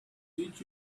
did